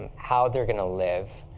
how they were going to live.